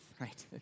Right